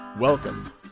Welcome